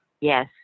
Yes